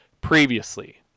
previously